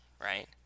right